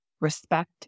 respect